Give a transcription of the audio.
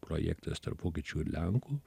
projektas tarp vokiečių ir lenkų